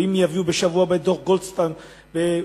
ואם יביאו בשבוע הבא את דוח גולדסטון באו"ם,